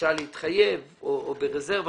הרשאה להתחייב או ברזרבה,